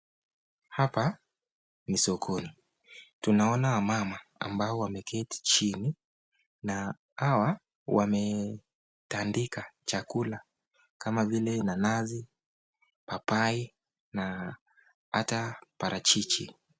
Hapa ni sokoni tunaona wamama ambao wameketi chini na hawa wametandika chakula kama vile nanasi papai na hata parachichi.